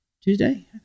Tuesday